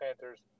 Panthers